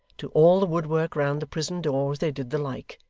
to all the woodwork round the prison-doors they did the like,